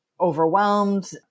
overwhelmed